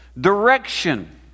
Direction